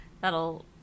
that'll